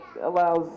allows